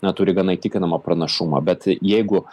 na turi gana įtikinamą pranašumą bet jeigu